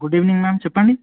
good evening ma'am చెప్పండి